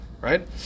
right